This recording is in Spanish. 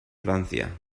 francia